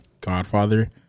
Godfather